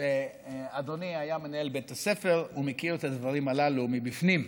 שאדוני היה מנהל בית ספר ומכיר את הדברים הללו מבפנים.